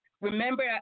Remember